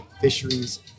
fisheries